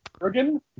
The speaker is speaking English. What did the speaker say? Kurgan